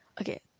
okay